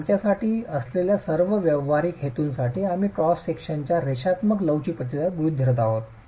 तर आमच्यासाठी असलेल्या सर्व व्यावहारिक हेतूंसाठी आम्ही क्रॉस सेक्शनला रेषात्मक लवचिक प्रतिसाद गृहीत धरत आहोत